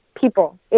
people